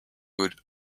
would